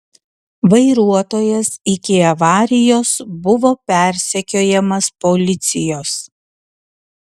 vairuotojas iki avarijos buvo persekiojamas policijos